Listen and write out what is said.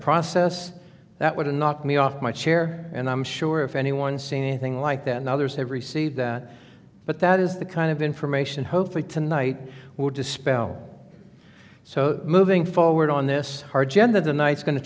process that would knock me off my chair and i'm sure if anyone seen anything like that and others have received that but that is the kind of information hopefully tonight will dispel so moving forward on this hard gender tonight's going to